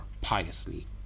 piously